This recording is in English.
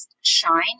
shine